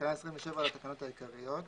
בתקנה 27 לתקנות העיקריות